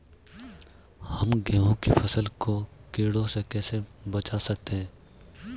हम गेहूँ की फसल को कीड़ों से कैसे बचा सकते हैं?